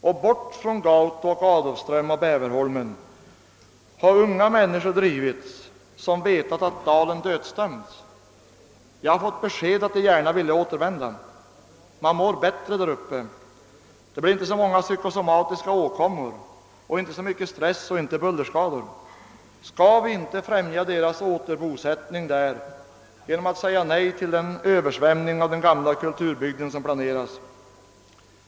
Och bort från Gauto och Adolfström och Bäverholmen har unga människor drivits, vilka vetat att dalen dödsdömts. Jag har fått besked att de gärna vill återvända. Man mår bättre där uppe. Det blir inte så många psykosomatiska åkommor och inte så mycken stress och inga bullerskador. Skall vi inte främja deras återbosättning där genom att säga nej till översvämningen av den gamla kulturbygden?